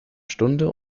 stunde